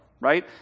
right